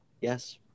Yes